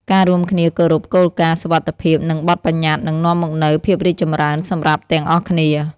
ការរួមគ្នាគោរពគោលការណ៍សុវត្ថិភាព និងបទប្បញ្ញត្តិនឹងនាំមកនូវភាពរីកចម្រើនសម្រាប់ទាំងអស់គ្នា។